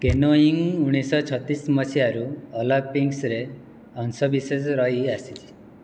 canoeing ଉଣେଇଶ ସହ ଛତିଶ ମସିହାରୁ ଅଲିମ୍ପିକ୍ସର ଅଂଶ ବିଶେଷ ରହି ଆସିଛି